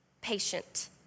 patient